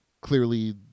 clearly